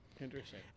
Interesting